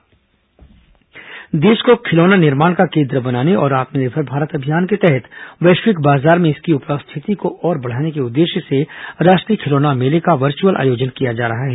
राष्ट्रीय खिलौना मेला देश को खिलौना निर्माण का केन्द्र बनाने और आत्मनिर्भर भारत अभियान के तहत वैश्विक बाजार में इसकी उपस्थिति को बढ़ाने के उद्देश्य से राष्ट्रीय खिलौना मेले का वर्च्यअल आयोजन किया जा रहा है